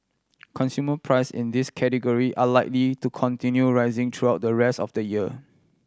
consumer price in these category are likely to continue rising throughout the rest of the year